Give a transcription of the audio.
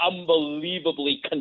unbelievably